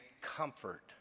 comfort